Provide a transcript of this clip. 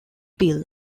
bill